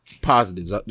positives